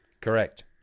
Correct